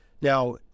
Now